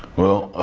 well,